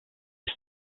his